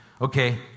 Okay